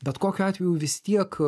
bet kokiu atveju vis tiek